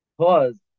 pause